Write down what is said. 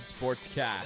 Sportscast